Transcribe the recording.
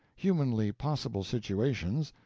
humanly possible situations,